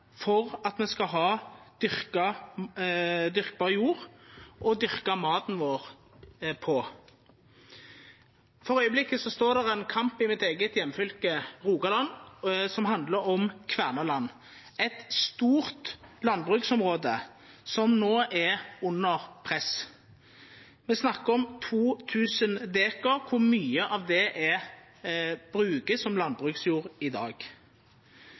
for at me skal ha dyrkbar jord å dyrka maten vår på. Akkurat no står det ein kamp i mitt eige heimfylke, Rogaland, som handlar om Kvernaland, eit stort landbruksområde som no er under press. Me snakkar om 2 000 dekar, og mykje av det vert brukt som landbruksjord i dag.